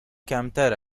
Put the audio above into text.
کمتر